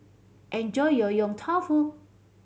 enjoy your Yong Tau Foo